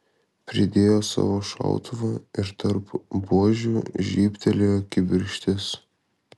pridėjo savo šautuvą ir tarp buožių žybtelėjo kibirkštis